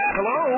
Hello